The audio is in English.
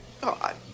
God